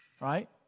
right